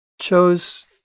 chose